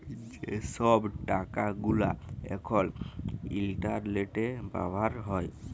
যে ছব টাকা গুলা এখল ইলটারলেটে ব্যাভার হ্যয়